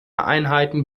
einheiten